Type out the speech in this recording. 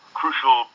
crucial